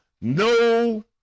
No